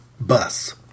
bus